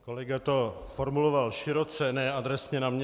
Kolega to formulovat široce, ne adresně na mě.